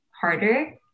harder